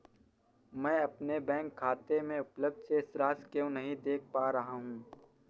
मैं अपने बैंक खाते में उपलब्ध शेष राशि क्यो नहीं देख पा रहा हूँ?